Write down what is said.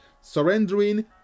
Surrendering